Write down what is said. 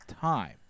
time